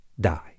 die